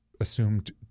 assumed